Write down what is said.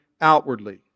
outwardly